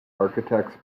architects